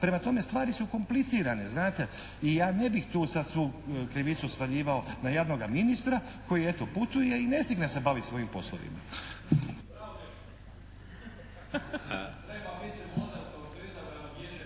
Prema tome stvari su komplicirane znate i ja ne bih tu sad svu krivicu svaljivao na jadnoga ministra koji eto putuje i ne stigne se baviti svojim poslovima.